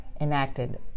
enacted